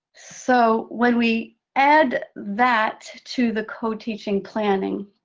so when we add that to the co-teaching planning,